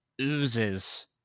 oozes